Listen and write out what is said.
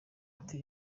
ati